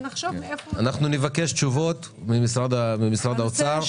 נבקש תשובות ממשרד האוצר.